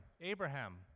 Abraham